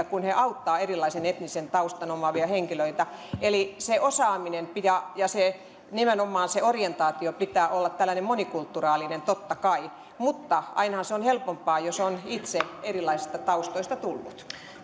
kun he auttavat erilaisen etnisen taustan omaavia henkilöitä eli sen osaamisen ja nimenomaan sen orientaation pitää olla tällainen monikulttuurinen totta kai mutta ainahan se on helpompaa jos on itse erilaisesta taustasta tullut